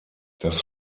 das